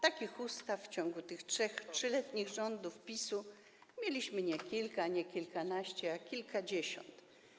Takich ustaw w ciągu tych 3-letnich rządów PiS-u mieliśmy nie kilka, nie kilkanaście, ale kilkadziesiąt.